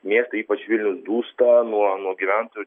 miestai ypač vilnius dūsta nuo nuo gyventojų